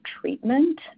treatment